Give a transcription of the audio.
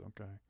okay